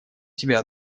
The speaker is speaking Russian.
себя